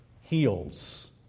heals